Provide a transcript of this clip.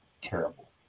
terrible